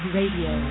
Radio